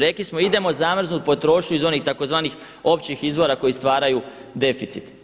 Rekli smo idemo zamrznut potrošnju iz onih tzv. općih izvora koji stvaraju deficit.